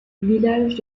village